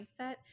mindset